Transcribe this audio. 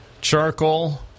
charcoal